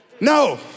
No